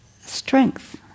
strength